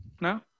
No